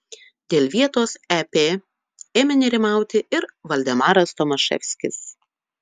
dėl vietos ep ėmė nerimauti ir valdemaras tomaševskis